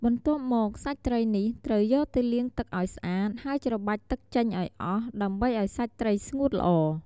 បន្ទាប់មក សាច់ត្រីនេះត្រូវយកទៅលាងទឹកឱ្យស្អាត ហើយច្របាច់ទឹកចេញឱ្យអស់ ដើម្បីឱ្យសាច់ត្រីស្ងួតល្អ។